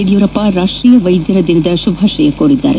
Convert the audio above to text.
ಯಡಿಯೂರಪ್ಪ ರಾಷ್ಟೀಯ ವೈದ್ಯರ ದಿನದ ಶುಭಾಶಯ ಕೋರಿದ್ದಾರೆ